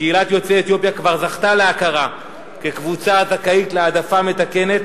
קהילת יוצאי אתיופיה כבר זכתה להכרה כקבוצה הזכאית להעדפה מתקנת